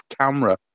camera